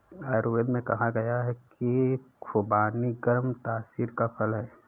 आयुर्वेद में कहा गया है कि खुबानी गर्म तासीर का फल है